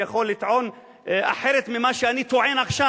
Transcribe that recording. יכול לטעון אחרת ממה שאני טוען עכשיו?